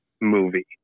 movie